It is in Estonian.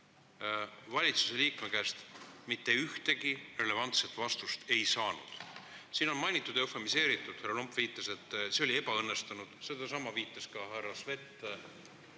valitsuse liikme käest mitte ühtegi relevantset vastust ei saanud. Siin on mainitud eufemiseeritult, härra Lomp viitas, et see oli ebaõnnestunud. Sedasama viitas ka härra Svet